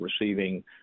receiving